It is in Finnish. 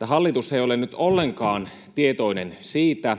hallitus ei ole nyt ollenkaan tietoinen siitä,